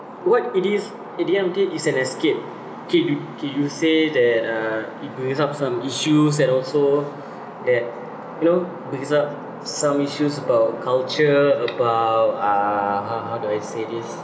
what is it at the end of the day is an escape K dude K you say that uh it will result in some issues and also that you know we deserve some issues about culture about ah how how do I say this